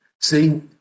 See